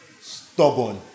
stubborn